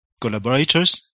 collaborators